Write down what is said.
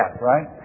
right